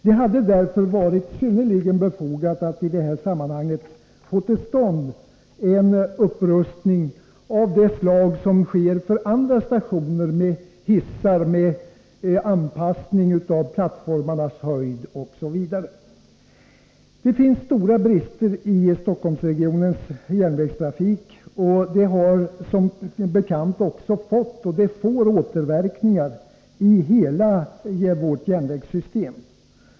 Det hade därför varit synnerligen befogat att i det här sammanhanget få till stånd en upprustning av det slag som sker på andra stationer, med hissar, anpassning av plattformarnas höjd OSV. Det finns stora brister i Stockholmsregionens järnvägstrafik, och det har som bekant fått och får återverkningar i hela vårt järnvägssystem.